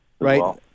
Right